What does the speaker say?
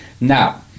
Now